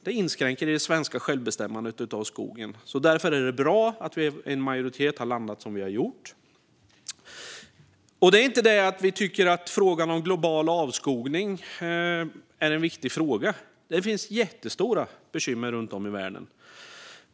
Det inskränker det svenska självbestämmandet över skogen. Därför är det bra att en majoritet har landat som vi har gjort. Det är inte det att vi inte tycker att frågan om global avskogning är en viktig fråga; det finns jättestora sådana bekymmer runt om i världen.